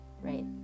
right